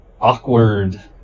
awkward